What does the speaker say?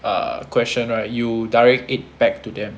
err question right you direct it back to them